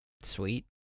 Sweet